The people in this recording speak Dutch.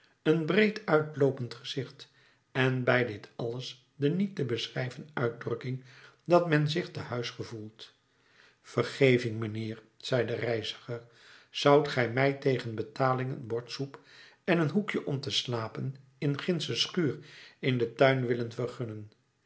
een breed uitloopend gezicht en bij dit alles de niet te beschrijven uitdrukking dat men zich te huis gevoelt vergeving mijnheer zei de reiziger zoudt gij mij tegen betaling een bord soep en een hoekje om te slapen in gindsche schuur in den tuin willen